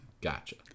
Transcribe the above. Gotcha